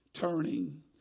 turning